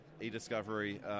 e-discovery